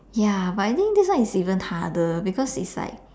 ya but I think this one is even harder because is like